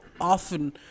often